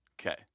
okay